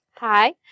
Hi